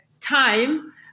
time